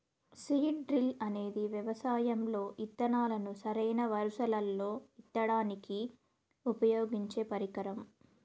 seed drill అనేది వ్యవసాయం లో ఇత్తనాలను సరైన వరుసలల్లో ఇత్తడానికి ఉపయోగించే పరికరం